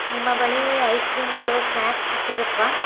ನಿಮ್ಮ ಬಳಿ ಐಸ್ಕ್ರೀಮ್ಗಳು ಸ್ನ್ಯಾಕ್ಸ್ ಸಿಗುತ್ವಾ